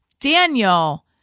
Daniel